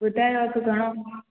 ॿुधायो अघि घणो